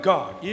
God